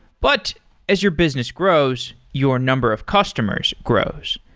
but as your business grows, your number of customers grows.